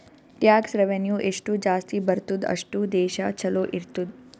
tax revenue ಎಷ್ಟು ಜಾಸ್ತಿ ಬರ್ತುದ್ ಅಷ್ಟು ದೇಶ ಛಲೋ ಇರ್ತುದ್